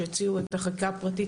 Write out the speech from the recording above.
שהציעו את החקיקה הפרטית,